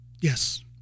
Yes